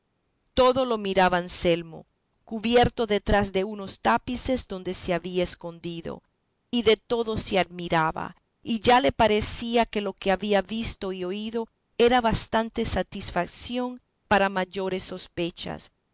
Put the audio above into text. todo lo miraba anselmo cubierto detrás de unos tapices donde se había escondido y de todo se admiraba y ya le parecía que lo que había visto y oído era bastante satisfación para mayores sospechas